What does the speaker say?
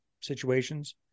situations